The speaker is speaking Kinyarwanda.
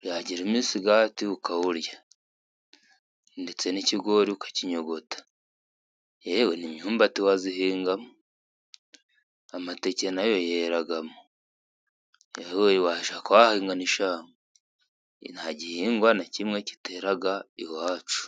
byagira imisigati ukawurya ndetse n'ikigori ukakinyogota, yewe n'imyumbati wazihingamo, amateke nayo yeramo, washaka wahingamo n'ishamba. Nta gihingwa na kimwe giteraga iwacu